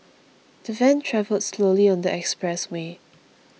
the van travelled slowly on the expressway